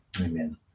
amen